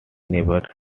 never